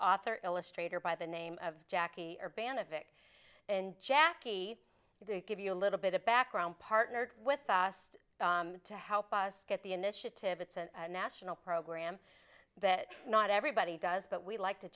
author illustrator by the name of jackie or band of vic and jackie to give you a little bit of background partnered with us to help us get the initiative it's a national program that not everybody does but we like to